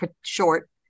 short